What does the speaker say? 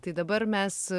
tai dabar mes